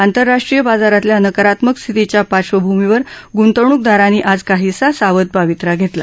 आंतरराष्ट्रीय बाजारातल्या नकारात्मक स्थितीच्या पार्श्वभूमीवर गुंतवणूक दारांनी आज काहीसा सावध पवित्रा घेतला